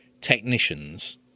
technicians